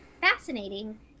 fascinating